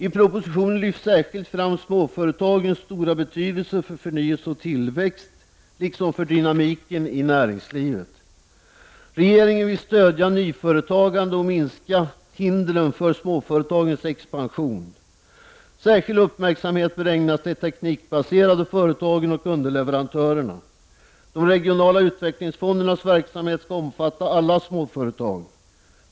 I propositionen lyfts särskilt fram småföretagens stora betydelse för förnyelse och tillväxt liksom för dynamiken i näringslivet. Regeringen vill stödja nyföretagande och minska hindren för småföretagens expansion. Särskild uppmärksamhet bör ägnas de teknikbaserade företagen och underleverantörerna. De regionala utvecklingsfondernas verksamhet skall omfatta alla småföretag.